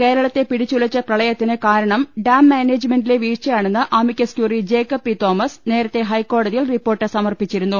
കേരളത്തെ പിടിച്ചുലച്ച പ്രെളയത്തിന് കാരണം ഡാം മാനേജ്മെന്റിലെ വീഴ്ചയാണെന്ന് അമിക്കസ് ക്യൂറി ജേക്കബ് പി തോമസ് നേരത്തെ ഹൈക്കോടതിയിൽ റിപ്പോർട്ട് സമർപ്പിച്ചിരുന്നു